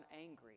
angry